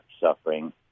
suffering